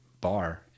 bar